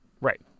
Right